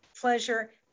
pleasure